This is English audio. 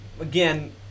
again